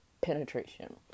penetration